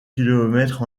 kilomètres